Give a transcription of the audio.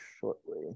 shortly